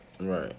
Right